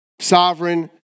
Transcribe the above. sovereign